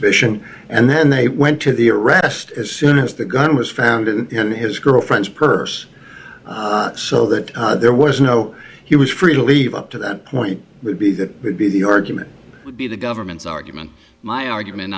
go and then they went to the arrest as soon as the gun was found in his girlfriend's purse show that there was no he was free to leave up to that point would be that would be the argument would be the government's argument my argument